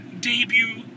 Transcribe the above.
debut